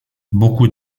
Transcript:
beaucoup